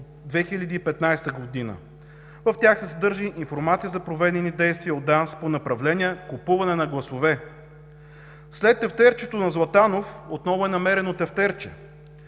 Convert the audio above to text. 2015 г. В тях се съдържа информация за проведени действия от ДАНС по направление „купуване на гласове“. След тефтерчето на Златанов отново е намерено тефтерче